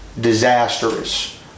disastrous